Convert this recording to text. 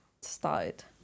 started